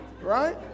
right